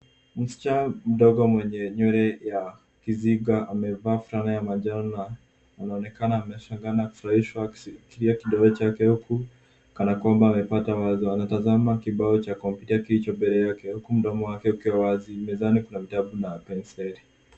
Mschana mdogo mwenye nywele ya kizinga amevaa fulana ya manjano na anonekana ameshangaa na kufurahishwa akishikilia kilio chake huku kana kwamba amepata mawazo. Anatazama kibao cha kompyuta kilicho mbele yake huku mdomo wake ukiwa wazi. Mezani kuna vitabu na penseli.